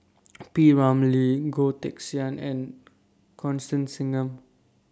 P Ramlee Goh Teck Sian and Constance Singam